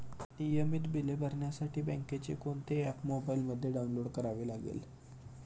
नियमित बिले भरण्यासाठी बँकेचे कोणते ऍप मोबाइलमध्ये डाऊनलोड करावे लागेल?